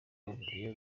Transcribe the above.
nabyo